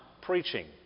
preaching